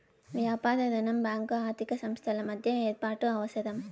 వ్యాపార రుణం బ్యాంకు ఆర్థిక సంస్థల మధ్య ఏర్పాటు అవసరం